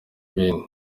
ibindi